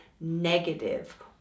negative